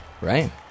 right